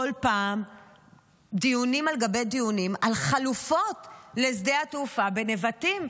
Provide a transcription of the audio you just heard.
כל פעם דיונים על גבי דיונים על חלופות לשדה התעופה בנבטים.